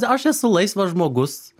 aš esu laisvas žmogus